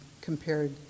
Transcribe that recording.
compared